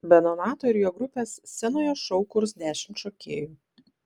be donato ir jo grupės scenoje šou kurs dešimt šokėjų